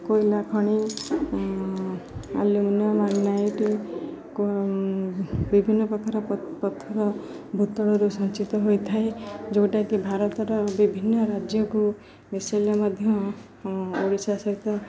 କୋଇଲା ଖଣି ଆଲୁମିନିୟମ୍ ବିଭିନ୍ନ ପ୍ରକାର ପଥର ଭୂତଳରୁ ସଞ୍ଚିତ ହୋଇଥାଏ ଯେଉଁଟାକି ଭାରତର ବିଭିନ୍ନ ରାଜ୍ୟକୁ ମିଶେଇଲେ ମଧ୍ୟ ଓଡ଼ିଶା ସହିତ